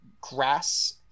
grass